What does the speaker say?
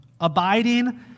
abiding